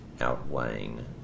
outweighing